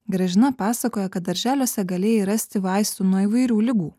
gražina pasakojo kad darželiuose galėjai rasti vaistų nuo įvairių ligų